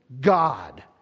God